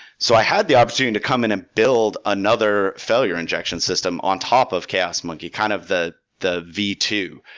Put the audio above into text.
so i had the opportunity to come in and build another failure injection system on top of chaos monkey, kind of the the v two,